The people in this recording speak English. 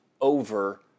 over